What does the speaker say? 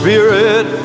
Spirit